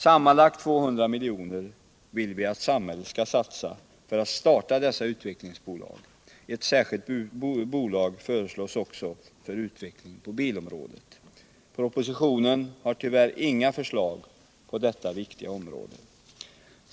Sammanlagt 200 milj.kr. vill vi att samhället skall satsa för att starta dessa utvecklingsbolag. Ett särskilt bolag föreslås också för utveckling på bilområdet. Propositionen har tyvärr inga förslag på detta viktiga område.